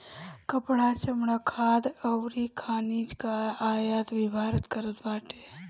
कपड़ा, चमड़ा, खाद्यान अउरी खनिज कअ आयात भी भारत करत बाटे